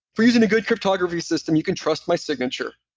if we're using a good cryptography system, you can trust my signature.